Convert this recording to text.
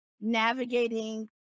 navigating